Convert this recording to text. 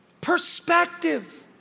perspective